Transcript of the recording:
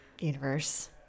universe